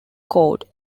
court